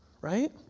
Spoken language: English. Right